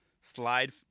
slide